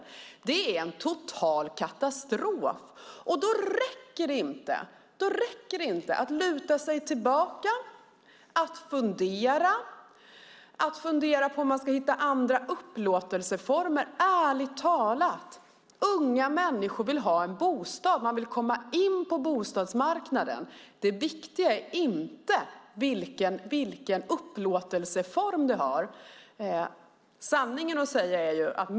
Detta är en total katastrof, och då räcker det inte att luta sig tillbaka och fundera på om man kan hitta andra upplåtelseformer. Ärligt talat! Unga människor vill ha en bostad. Man vill komma in på bostadsmarknaden. Det viktiga är inte vilken upplåtelseform bostaden har.